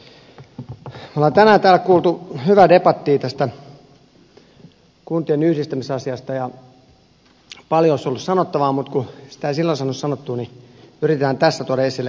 me olemme tänään täällä kuulleet hyvää debattia tästä kuntien yhdistämisasiasta ja paljon olisi ollut sanottavaa mutta kun sitä ei silloin saanut sanottua niin yritän tässä tuoda esille pääkohdat jos aika riittää